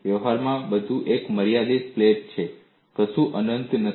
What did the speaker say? વ્યવહારમાં બધું એક મર્યાદિત પ્લેટ છે કશું અનંત નથી